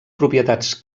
propietats